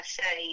say